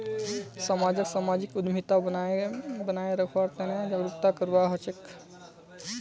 समाजक सामाजिक उद्यमिता बनाए रखवार तने जागरूकता करवा हछेक